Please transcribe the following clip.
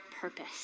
purpose